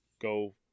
go